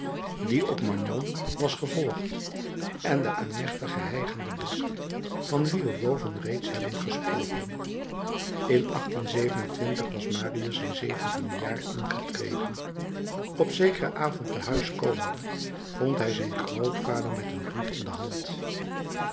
die op magnon was gevolgd en den amechtigen hijgenden basque van wien we boven reeds hebben gesproken in was marius zijn zeventiende jaar ingetreden op zekeren avond te huis komende vond hij zijn grootvader met een brief in de hand